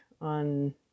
on